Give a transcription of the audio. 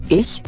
ich